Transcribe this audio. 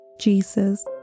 Jesus